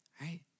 right